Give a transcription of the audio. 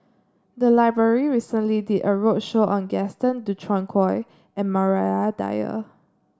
the library recently did a roadshow on Gaston Dutronquoy and Maria Dyer